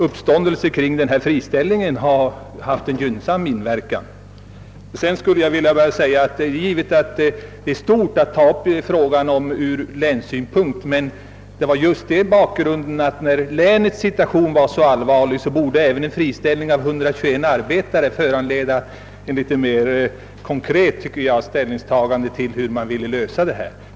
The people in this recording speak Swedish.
Uppståndelsen kring denna friställning tycks alltså ändå haft en gynnsam effekt. Det är givet att det är ett stort grepp ati ta upp frågan för hela länet, men bakgrunden var att när länets situation var så allvarlig borde även en friställning av 121 arbetare föranleda ett liter mer konkret ställningstagande tiil hur man ville lösa problemet.